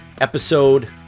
episode